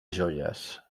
joies